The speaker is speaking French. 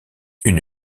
une